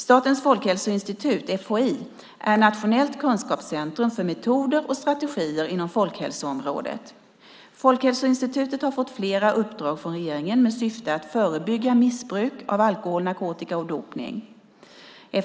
Statens folkhälsoinstitut, FHI, är nationellt kunskapscentrum för metoder och strategier inom folkhälsoområdet. Folkhälsoinstitutet har fått flera uppdrag från regeringen med syfte att förebygga missbruk av alkohol, narkotika och dopning.